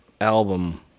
album